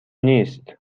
نیست